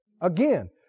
Again